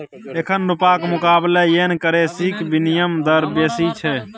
एखन रुपाक मुकाबले येन करेंसीक बिनिमय दर बेसी छै